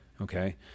Okay